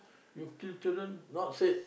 you kill children not say